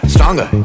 Stronger